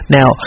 Now